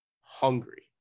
hungry